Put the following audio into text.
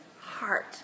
heart